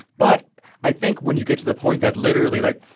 but i think when you get to the point that literally, like,